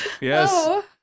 Yes